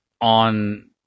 on